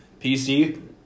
PC